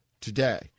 today